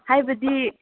ꯍꯥꯏꯕꯗꯤ